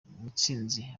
mutsinzi